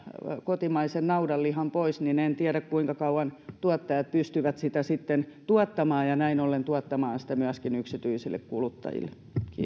kotimaiset naudanlihan pois niin en en tiedä kuinka kauan tuottajat pystyvät sitä sitten tuottamaan ja näin ollen tuottamaan sitä myöskin yksityisille kuluttajille